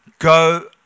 Go